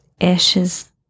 ashes